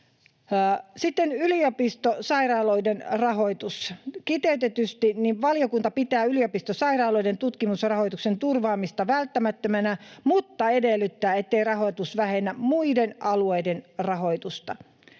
Sitten yliopistosairaaloiden rahoitus kiteytetysti: valiokunta pitää yliopistosairaaloiden tutkimusrahoituksen turvaamista välttämättömänä mutta edellyttää, ettei rahoitus vähennä muiden alueiden rahoitusta.